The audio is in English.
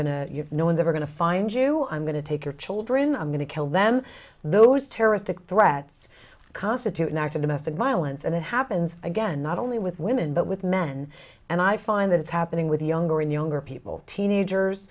they're going to find you i'm going to take your children i'm going to kill them those terroristic threats constitute an act of domestic violence and it happens again not only with women but with men and i find that it's happening with younger and younger people teenagers